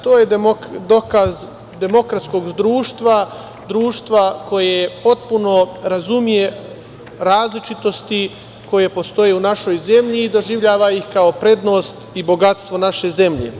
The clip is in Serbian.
To je dokaz demokratskog društva, društva koje potpuno razume različitosti koje postoje u našoj zemlji i doživljava ih kao prednost i bogatstvo naše zemlje.